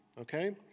okay